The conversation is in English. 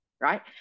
right